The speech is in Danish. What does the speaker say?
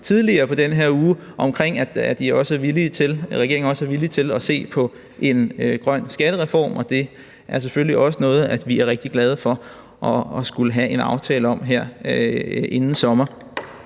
tidligere i denne uge, i forhold til at regeringen også er villig til at se på en grøn skattereform, og det er selvfølgelig også noget, vi er rigtig glade for at skulle have en aftale om her inden sommer.